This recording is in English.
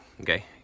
Okay